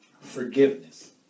forgiveness